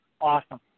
awesome